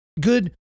good